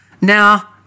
Now